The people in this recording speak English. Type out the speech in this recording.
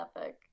epic